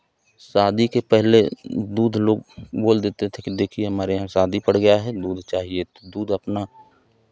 शादी के पहले दूध लोग बोल देते थे कि देखिये हमारे यहाँ शादी पड़ गया है दूध चाहिए तो दूध अपना